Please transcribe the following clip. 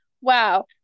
wow